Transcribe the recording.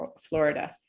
Florida